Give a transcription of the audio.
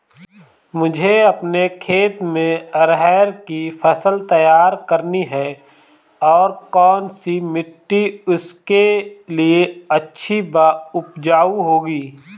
मुझे अपने खेत में अरहर की फसल तैयार करनी है और कौन सी मिट्टी इसके लिए अच्छी व उपजाऊ होगी?